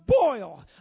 boil